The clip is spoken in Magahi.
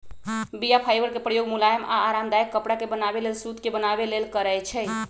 बीया फाइबर के प्रयोग मुलायम आऽ आरामदायक कपरा के बनाबे लेल सुत के बनाबे लेल करै छइ